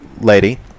lady